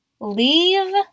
leave